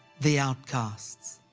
the outcasts.